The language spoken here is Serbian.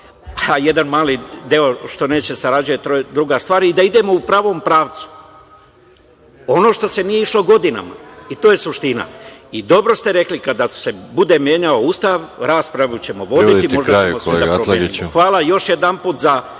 a jedan mali deo što neće da sarađuje, to je druga stvar, i da idemo u pravom pravcu, ono što se nije išlo godinama. I to je suština. Dobro ste rekli, kada se bude menjao Ustav, raspravu ćemo voditi, možda ćemo sve da promenimo.(Predsedavajući: